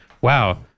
Wow